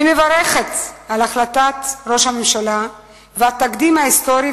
אני מברכת על החלטת ראש הממשלה והתקדים ההיסטורי,